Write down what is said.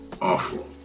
Awful